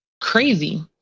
crazy